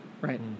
Right